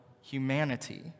humanity